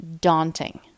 daunting